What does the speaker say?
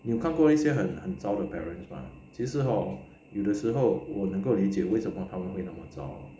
你有看过一些很很遭的 parents 吗其实 hor 有的时候我能够理解为什么他们会那么遭